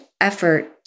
effort